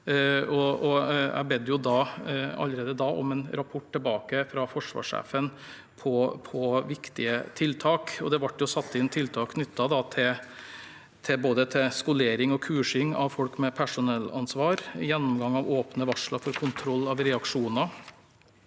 Jeg ba allerede da om en rapport fra forsvarssjefen over viktige tiltak. Det ble satt inn tiltak knyttet til både skolering og kursing av folk med personellansvar og gjennomgang av åpne varsler for kontroll av reaksjoner.